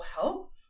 help